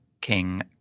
King